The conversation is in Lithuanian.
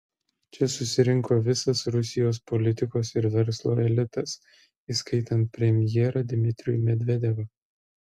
čia susirinko visas rusijos politikos ir verslo elitas įskaitant premjerą dmitrijų medvedevą